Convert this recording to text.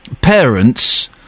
parents